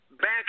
back